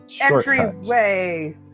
entryway